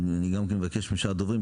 אני גם כן מבקש משאר הדוברים,